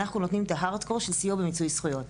אנחנו נותנים את הליבה של סיוע במיצוי זכויות,